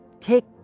take